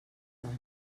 tant